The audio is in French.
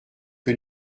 que